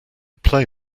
play